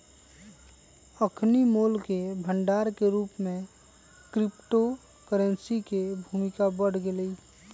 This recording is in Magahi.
अखनि मोल के भंडार के रूप में क्रिप्टो करेंसी के भूमिका बढ़ गेलइ